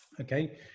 Okay